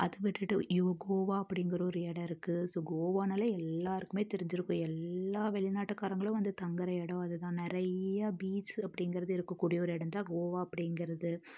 அதை விட்டுட்டு கோவா அப்படிங்குற ஒரு இடம் இருக்குது ஸோ கோவானாலே எல்லாருக்குமே தெரிஞ்சிருக்கும் எல்லா வெளிநாட்டுக்காரங்களும் வந்து தங்குகிற இடம் அதுதான் நிறையா பீச் அப்படிங்குறது இருக்க கூடிய இடந்தான் கோவா அப்படிங்குறது